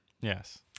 Yes